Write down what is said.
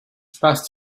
past